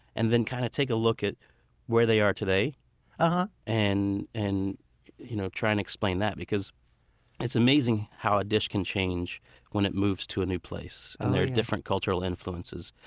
and then kind of take a look at where they are today um and and you know try and explain that. it's amazing how a dish can change when it moves to a new place and there are different cultural influences.